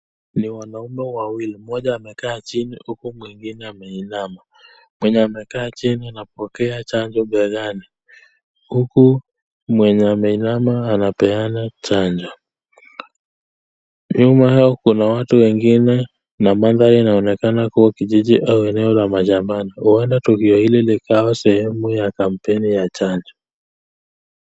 Ni wanaume wawili. Mmoja amekaa chini huku mwingine ameinama. Mwenye amekaa chini anapokea chanjo begani, huku mwenye ameinama anapeana chanjo. Nyuma kuna watu wengine na mandhari inaonekana kuwa kijiji au eneo la mashambani. Huenda tukio hili likawa sehemu ya campaign ya chanjo.